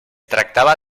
tractava